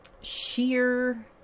sheer